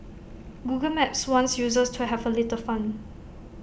Google maps wants users to have A little fun